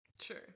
Sure